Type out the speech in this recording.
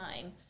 time